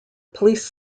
police